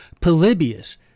Polybius